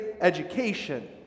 education